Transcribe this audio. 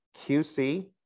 QC